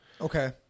Okay